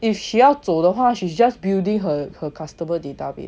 if she 要走的话 she's just building her her customer database